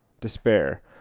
despair